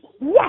yes